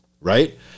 right